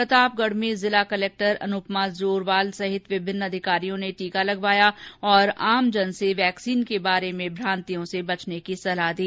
प्रतापगढ़ में जिला कलेक्टर अनुपमा जोरवाल सहित विभिन्न अधिकारियों ने टीका लगवाया और आमजन से वैक्सीन के बारे में भ्रांतियों से बचने की सलाह दी